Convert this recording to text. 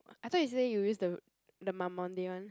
I thought you say you use the the Mamonde [one]